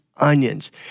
onions